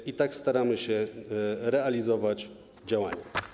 I tak staramy się realizować działania.